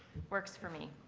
works for me!